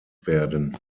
werden